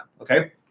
okay